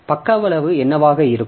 பக்க அளவு என்னவாக இருக்கும்